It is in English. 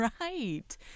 right